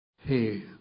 hey